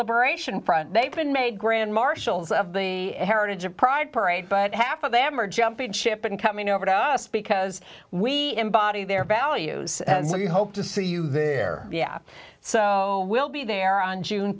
liberation front they've been made grand marshals of the heritage of pride parade but half of them are jumping ship and coming over to us because we embody their values so you hope to see you there yeah so we'll be there on june